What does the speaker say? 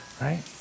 Right